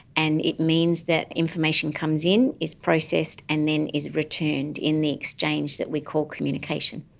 and it means that information comes in, is processed, and then is returned in the exchange that we call communication.